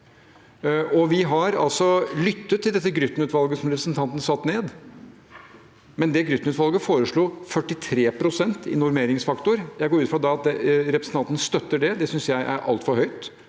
Vi har lyttet til Gryttenutvalget, som representanten satte ned, men det utvalget foreslo 43 pst. i normeringsfaktor. Jeg går ut fra at representanten støtter det. Det synes jeg er altfor høyt.